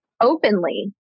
openly